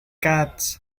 catch